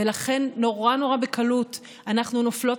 ולכן נורא נורא בקלות אנחנו נופלות